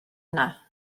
yna